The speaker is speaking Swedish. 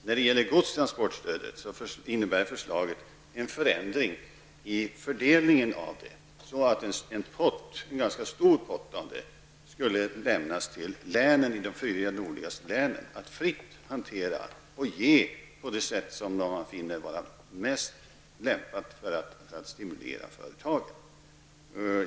När det gäller godstransportstödet innebär förslaget en förändring i fördelningen så att en ganska stor pott av det skulle lämnas till de fyra nordligaste länen att fritt hantera och dela ut på det sätt som de finner vara mest lämpat för att stimulera företagen.